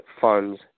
funds